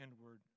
inward